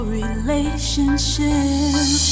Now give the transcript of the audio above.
relationship